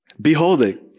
Beholding